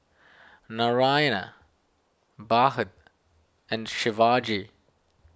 Narayana Bhagat and Shivaji